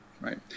right